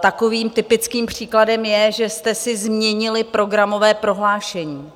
Takovým typickým příkladem je, že jste si změnili programové prohlášení,